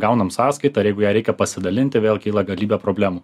gaunam sąskaitą ir jeigu ją reikia pasidalinti vėl kyla galybė problemų